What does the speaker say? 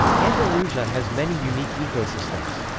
andalusia has many unique ecosystems.